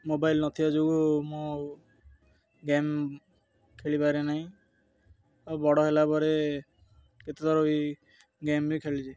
mobile ନ ଥିବା ଯୋଗୁଁ ମୁଁ ଗେମ୍ ଖେଳିପାରେ ନାହିଁ ଆଉ ବଡ଼ ହେଲା ପରେ କେତେଥର ଏ ଗେମ୍ ବି ଖେଳିଛି